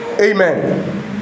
Amen